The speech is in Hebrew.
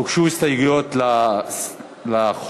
הוגשו הסתייגויות לחוק.